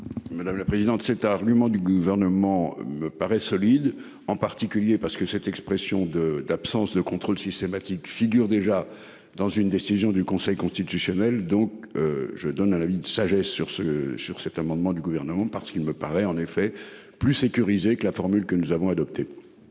Madame la présidente. Cet argument du gouvernement me paraît solide en particulier parce que cette expression de d'absence de contrôle systématique figurent déjà dans une décision du Conseil constitutionnel, donc je donne un avis de sagesse. Sur ce, sur cet amendement du gouvernement parce qu'il me paraît en effet plus. Que la formule que nous avons adopté.